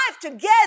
together